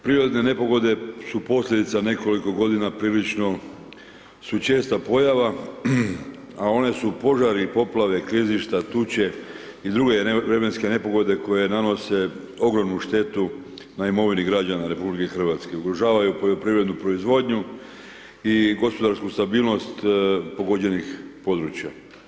Prirodno nepogode su posljedica nekoliko godina prilično su česta pojava, a one su požari, poplave, klizišta, tuče i druge vremenske nepogode koje nanose ogromnu štetu na imovini građana RH i ugrožavaju poljoprivrednu proizvodnju i gospodarsku stabilnost pogođenih područja.